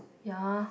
yeah